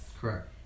correct